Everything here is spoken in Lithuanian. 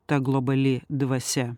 ta globali dvasia